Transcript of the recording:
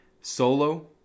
solo